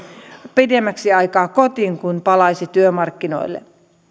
pidemmäksi aikaa kotiin kuin palaisi työmarkkinoille